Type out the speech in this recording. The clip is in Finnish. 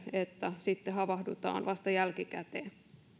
että sitten havahdutaan vasta jälkikäteen